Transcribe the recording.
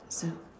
so